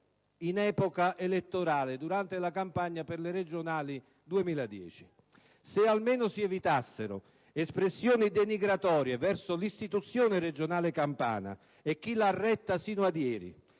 in epoca elettorale, durante la campagna per le regionali 2010. Se almeno si evitassero espressioni denigratorie verso l'istituzione regionale campana e chi l'ha retta sino a ieri,